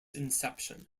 inception